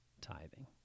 tithing